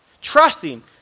trusting